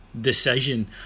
decision